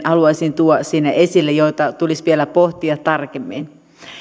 haluaisin tuoda siitä esille semmoisia pieniä kohtia joita tulisi vielä pohtia tarkemmin